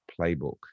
playbook